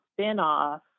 spinoff